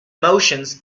motions